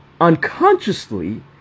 unconsciously